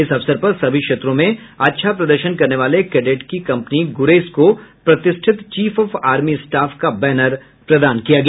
इस अवसर पर सभी क्षेत्रों में अच्छा प्रदर्शन करने वाले कैंडेट की कम्पनी गुरेज को प्रतिष्ठित चीफ ऑफ आर्मी स्टाफ का बैनर प्रदान किया गया